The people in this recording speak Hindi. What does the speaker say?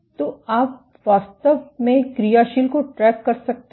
तो आप वास्तव में क्रियाशील को ट्रैक कर सकते हैं